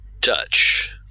touch